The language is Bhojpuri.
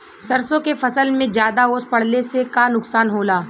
सरसों के फसल मे ज्यादा ओस पड़ले से का नुकसान होला?